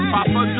Papa